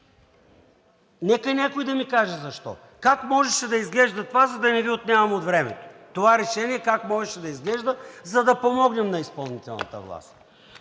Нека някой да ми каже защо. Как можеше да изглежда, за да не Ви отнемам от времето, това решение, как можеше да изглежда, за да помогнем на изпълнителната власт?